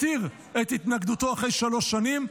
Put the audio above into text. הסיר את התנגדותו אחרי שלוש שנים,